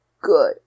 good